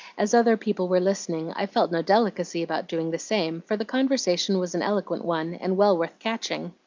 as other people were listening, i felt no delicacy about doing the same, for the conversation was an eloquent one, and well worth catching.